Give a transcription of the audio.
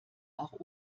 auch